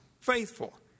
faithful